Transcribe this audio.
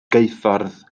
geuffordd